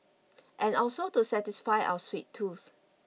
and also to satisfy our sweet tooth